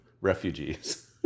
refugees